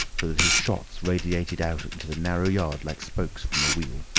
so that his shots radiated out into the narrow yard like spokes from a wheel.